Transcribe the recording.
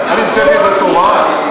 אני המצאתי את התורה?